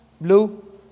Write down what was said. Blue